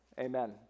amen